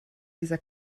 dieser